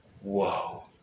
Whoa